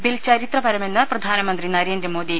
bill ചരിത്രപരമെന്ന് പ്രധാനമന്ത്രി നരേന്ദ്രമോദി